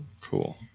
Cool